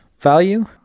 value